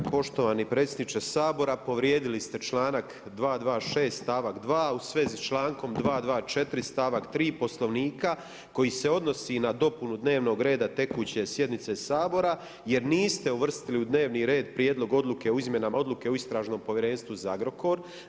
Poštovani predsjedniče Sabora, povrijedili ste čl. 226. stavak 2 u svezi s člankom 224. stavak 3. Poslovnika koji se odnosi na dopunu dnevnog reda tekuće sjednice Sabora jer niste uvrstili u dnevni red prijedlog odluke o izmjenama odluke o Istražnom povjerenstvu za Agrokor.